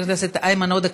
חבר הכנסת איימן עודה,